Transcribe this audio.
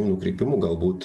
nukrypimų galbūt